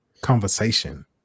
conversation